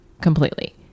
completely